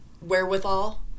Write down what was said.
wherewithal